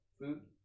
Food